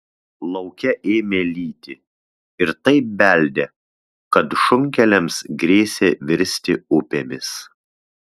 lauke ėmė lyti ir taip beldė kad šunkeliams grėsė virsti upėmis